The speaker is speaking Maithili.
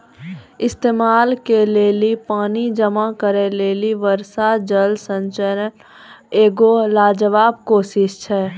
इस्तेमाल के लेली पानी जमा करै लेली वर्षा जल संचयन एगो लाजबाब कोशिश छै